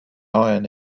iron